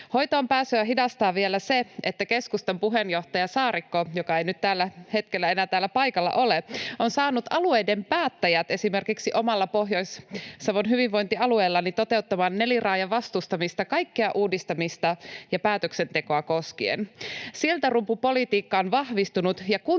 Hoitoonpääsyä hidastaa vielä se, että keskustan puheenjohtaja Saarikko — joka ei tällä hetkellä enää täällä paikalla ole — on saanut alueiden päättäjät esimerkiksi omalla Pohjois-Savon hyvinvointialueellani toteuttamaan neliraajavastustamista kaikkea uudistamista ja päätöksentekoa koskien. Siltarumpupolitiikka on vahvistunut ja kuntarajoista